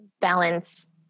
balance